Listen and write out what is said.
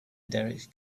derek